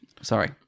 Sorry